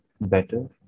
better